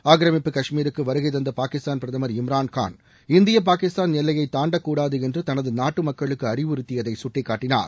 ஆக்கிரமிப்பு கஷ்மீருக்கு வருகைதந்த பாகிஸ்தான் பிரதம் இம்ரான் கான் இந்திய பாகிஸ்தான் எல்லையை தாண்டக்கூடாது என்று தனது நாட்டு மக்களுக்கு அறிவுறுத்தியதை சுட்டிக்காட்டினார்